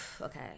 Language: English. okay